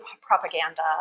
propaganda